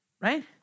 right